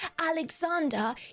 Alexander